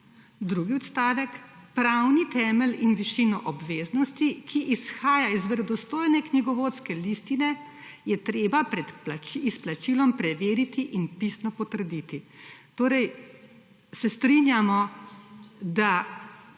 Drugi odstavek, pravni temelj in višino obveznosti, ki izhaja iz verodostojne knjigovodske listine je treba pred izplačilom preveriti in pisno potrditi. Torej, se strinjamo, da